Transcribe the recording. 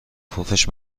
پفش